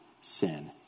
sin